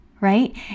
Right